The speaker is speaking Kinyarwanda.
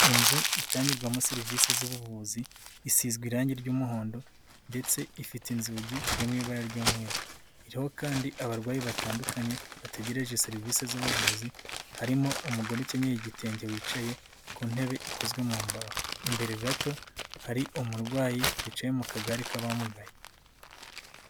Inzu itangirwamo serivisi z'ubuvuzi isizwe irangi ry'umuhondo ndetse ifite inzugi zirimo ibara ry'umweru, iriho kandi abarwayi batandukanye bategereje serivisi z'ubuvuzi harimo umugore ukenyeye igitenge wicaye ku ntebe ikozwe mu mbaho, imbere gato hari umurwayi wicaye mu kagare k'abamugaye.